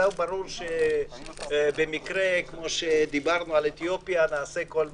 ברור שבמקרה כמו של יהודי אתיופיה נעשה כל מאמץ.